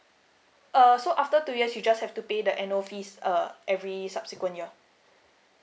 uh so after two years you just have to pay the annual fees uh every subsequent year